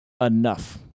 enough